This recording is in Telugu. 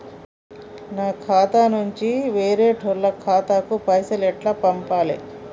నా ఖాతా నుంచి వేరేటోళ్ల ఖాతాకు పైసలు ఎట్ల పంపాలే?